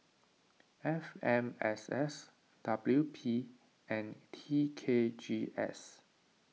F M S S W P and T K G S